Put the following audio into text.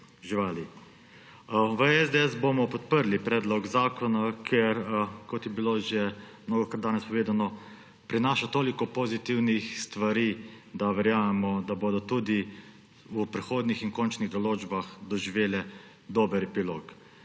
V SDS bomo podprli predlog zakona, ker kot je bilo že mnogokrat danes povedano, prinaša toliko pozitivnih stvari, da verjamemo, da bodo tudi v prihodnjih in končnih določbah doživele dober epilog,